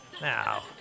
Now